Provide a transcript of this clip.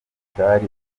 cyari